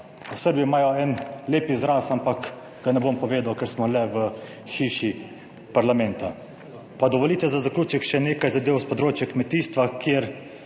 v Srbiji imajo en lep izraz, ampak ga ne bom povedal, ker smo le v hiši parlamenta. Dovolite za zaključek še nekaj zadev s področja kmetijstva, kjer